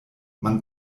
man